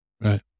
Right